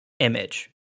image